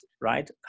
right